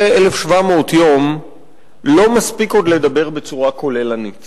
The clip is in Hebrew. אחרי 1,700 יום לא מספיק עוד לדבר בצורה כוללנית